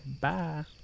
Bye